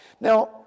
Now